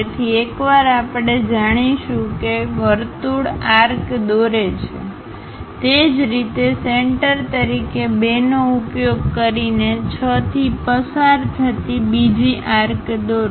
તેથી એકવાર આપણે જાણીશું કે વર્તુળ આર્ક દોરે છે તે જ રીતે સેન્ટર તરીકે 2 નો ઉપયોગ કરીને 6 થી પસાર થતી બીજી આર્ક દોરો